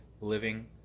living